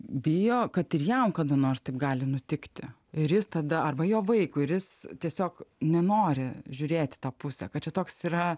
bijo kad ir jam kada nors taip gali nutikti ir jis tada arba jo vaikui ir jis tiesiog nenori žiūrėt į tą pusę kad čia toks yra